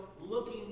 looking